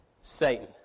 Satan